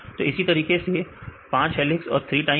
तो इसी तरीके से5 हेलिक्स और 3 टाइम है